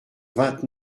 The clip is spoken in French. vingt